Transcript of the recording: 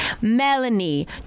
Melanie